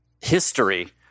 history